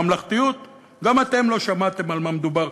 ממלכתיות, גם אתם לא שמעתם על מה מדובר.